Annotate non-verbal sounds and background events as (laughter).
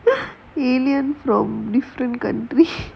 (laughs) from different country